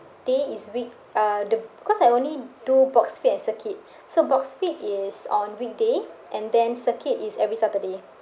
day is week uh the cause I only do boxfit and circuit so boxfit is on weekday and then circuit is every saturday